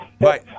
Right